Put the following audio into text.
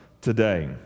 today